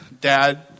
Dad